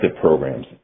programs